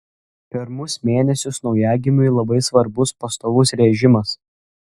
pirmus mėnesius naujagimiui labai svarbus pastovus režimas